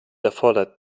erfordert